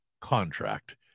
contract